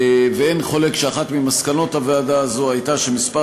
ואין חולק שאחת ממסקנות הוועדה הזו הייתה שמספר